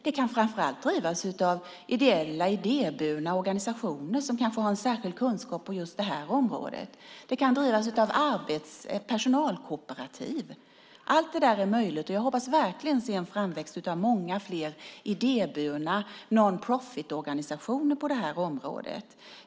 Den kan framför allt drivas av ideella, idéburna organisationer som kanske har en särskild kunskap på just det här området. Den kan drivas som personalkooperativ. Allt detta är möjligt, och jag hoppas verkligen att vi får se en framväxt av många fler idéburna non profit organisationer på det här området.